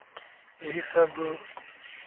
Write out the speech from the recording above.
यही सब